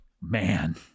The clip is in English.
Man